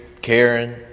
Karen